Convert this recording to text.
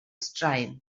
straen